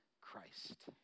Christ